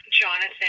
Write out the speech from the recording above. Jonathan